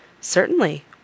Certainly